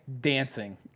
dancing